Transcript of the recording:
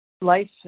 life